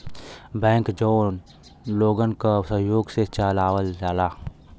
bank जौन लोगन क सहयोग से चलावल जाला